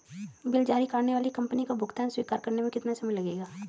Bill जारी करने वाली कंपनी को भुगतान स्वीकार करने में कितना समय लगेगा?